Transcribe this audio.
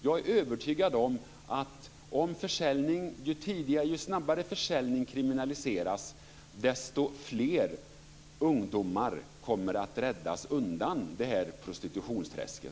Jag är övertygad om att ju snabbare försäljning kriminaliseras, desto fler ungdomar kommer att räddas undan prostitutionsträsket .